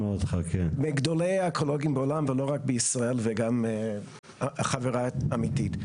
אחת מגדולי האקולוגים בעולם ולא רק בישראל וגם חברה אמיתי.